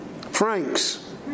Franks